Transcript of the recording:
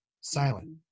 silent